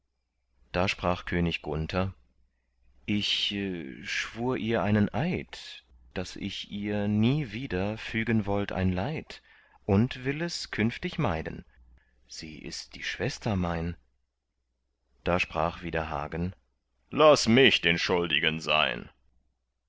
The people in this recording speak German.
da sprach könig gunther ich schwur ihr einen eid daß ich ihr nie wieder fügen wollt ein leid und will es künftig meiden sie ist die schwester mein da sprach wieder hagen laß mich den schuldigen sein